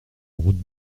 route